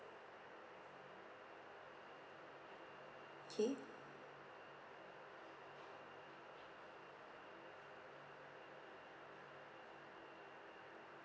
okay